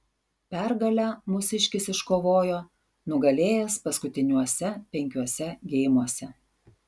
pergalę mūsiškis iškovojo nugalėjęs paskutiniuose penkiuose geimuose